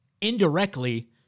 indirectly